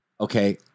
okay